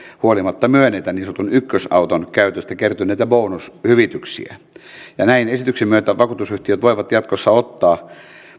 huolimatta myönnetä niin sanotun ykkösauton käytöstä kertyneitä bonushyvityksiä näin esityksen myötä vakuutusyhtiöt voivat jatkossa ottaa